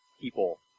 people